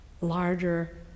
larger